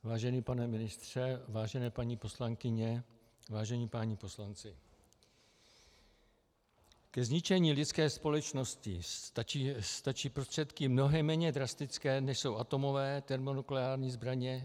Vážený pane ministře, vážené paní poslankyně, vážení páni poslanci, ke zničení lidské společnosti stačí prostředky mnohem méně drastické, než jsou atomové, termonukleární zbraně.